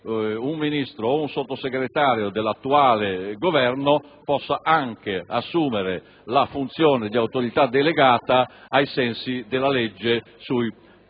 un Ministro o un Sottosegretario dell'attuale Governo possa assumereanche la funzione di autorità delegata, ai sensi della legge sui